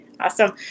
Awesome